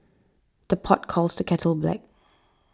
the pot calls the kettle black